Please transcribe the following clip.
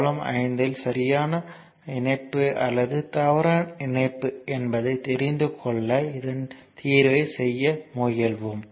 problem 5 சரியான இணைப்பு அல்லது தவறான இணைப்பு என்பதை தெரிந்து கொள்ள இதன் தீர்வைச் செய்ய முயல்வோம்